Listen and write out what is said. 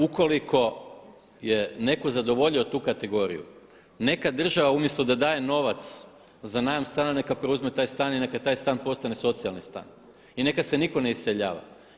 Ukoliko je netko zadovoljio tu kategoriju, nekad država umjesto da daje novac za najam stana neka preuzme taj stan i neka taj stan postane socijalni stan i neka se nitko ne iseljava.